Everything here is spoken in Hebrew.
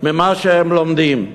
ממה שהם לומדים,